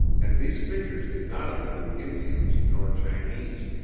and these figures did not include indians nor chinese.